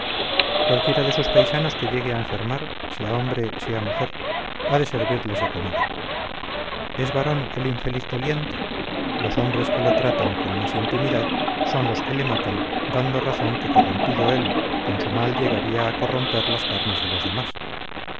cualquiera de sus paisanos que llegue a enfermar sea hombre sea mujer ha de servirles de comida es varón el infeliz doliente los hombres que lo tratan con más intimidad son los que le matan dando por razón que corrompido él con su mal llegaría a corromper las carnes de los demás